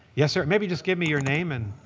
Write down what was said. yes, sir. maybe just give me your name and